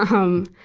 um,